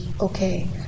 Okay